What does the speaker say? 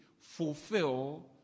fulfill